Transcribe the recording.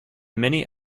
many